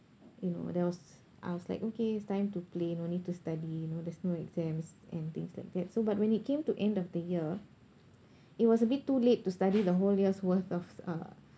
you know that was I was like okay it's time to play no need to study you know there's no exams and things like that so but when it came to end of the year it was a bit too late to study the whole year's worth of uh